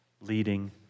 leading